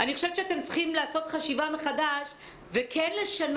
אני חושבת שאתם צריכים לעשות חשיבה מחדש ולשנות